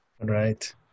Right